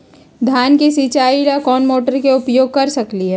धान के सिचाई ला कोंन मोटर के उपयोग कर सकली ह?